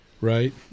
right